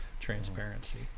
transparency